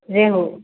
रेमु